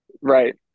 Right